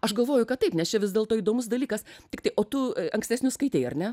aš galvoju kad taip vis dėlto įdomus dalykas tiktai o tu ankstesnius skaitei ar ne